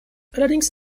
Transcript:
allerdings